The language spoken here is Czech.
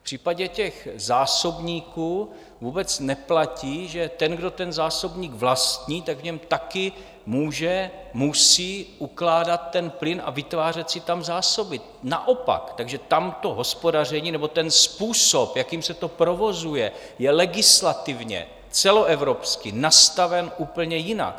V případě těch zásobníků vůbec neplatí, že ten, kdo zásobník vlastní, v něm taky může, musí ukládat plyn a vytvářet si tam zásoby, naopak, takže tam to hospodaření nebo způsob, jakým se to provozuje, je legislativně celoevropsky nastaven úplně jinak.